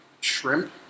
shrimp